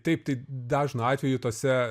taip tai dažnu atveju tose